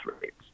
rates